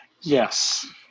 Yes